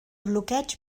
bloqueig